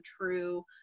true